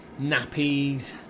nappies